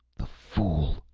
the fool!